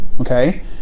Okay